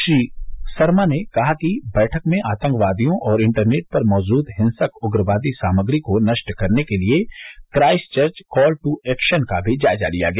श्री सरमा ने कहा कि बैठक में आतंकवादियों और इंटरनेट पर मौजूद हिंसक उग्रवादी सामग्री को नष्ट करने के लिए क्राइस्टचर्च कॉल टू एक्शन का भी जायजा लिया गया